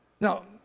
Now